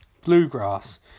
Bluegrass